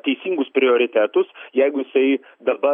teisingus prioritetus jeigu jisai dabar